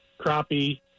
crappie